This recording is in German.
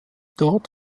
dort